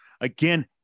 again